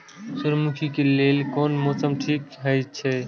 सूर्यमुखी के लेल कोन मौसम ठीक हे छे?